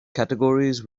categories